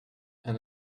and